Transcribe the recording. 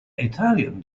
italian